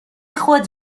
خود